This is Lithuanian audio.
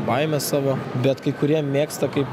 baimę savo bet kai kurie mėgsta kaip